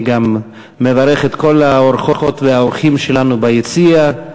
אני גם מברך את כל האורחות והאורחים שלנו ביציע,